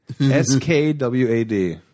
S-K-W-A-D